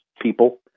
people